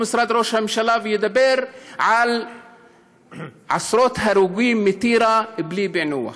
משרד ראש הממשלה ודיבר על עשרות הרוגים מטירה בלי פענוח,